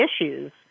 issues